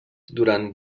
durant